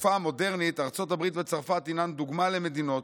בתקופה המודרנית ארצות הברית וצרפת הינן דוגמה למדינות